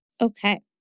okay